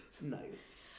Nice